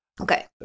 Okay